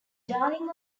darling